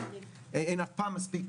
כי אף פעם אין מספיק,